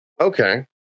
Okay